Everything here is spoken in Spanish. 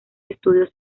estudios